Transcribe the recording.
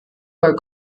were